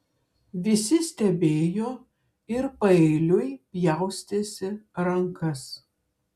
visi stebėjo ir paeiliui pjaustėsi rankas